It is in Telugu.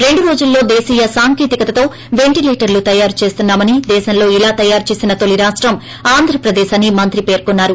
రెండు రోజుల్లో దేశీయ సాంకేతికతతో వెంటిలేటర్లు తయారు చేస్తున్నామని దేశంలో ఇలా తయారు చేసిన తొలి రాష్టం ఆంధ్రప్రదేశ్ అని మంత్రి పేర్కొన్సారు